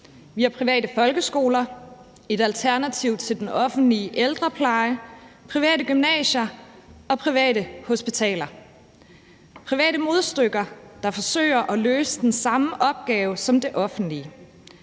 Vi har private folkeskoler, alternativer til den offentlige ældrepleje, private gymnasier og private hospitaler. Det er private modstykker, der forsøger at løse den samme opgave som det offentlige.